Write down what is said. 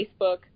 Facebook